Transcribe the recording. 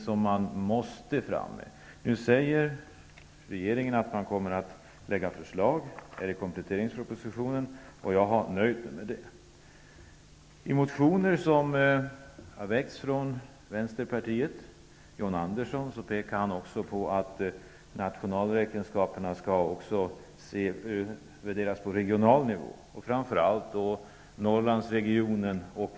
Regeringen säger nu att den kommer att lägga fram ett förslag i kompletteringspropositionen, och jag har nöjt mig med det. Vänsterpartiet påpekas att nationalräkenskaperna också skall omfatta en värdering på regional nivå, framför allt i Norrlandsregionen.